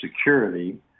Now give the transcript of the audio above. security